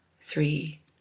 three